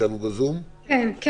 אז